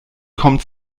kommen